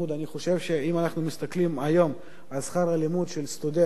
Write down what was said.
אני חושב שאם אנחנו מסתכלים היום על שכר הלימוד של סטודנט,